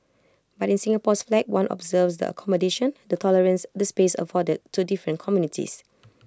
but in Singapore's flag one observes the accommodation the tolerance the space afforded to different communities